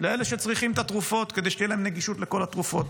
לאלה שצריכים את התרופות כדי שתהיה להם נגישות לכל התרופות,